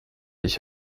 ich